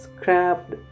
scrapped